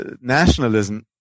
nationalism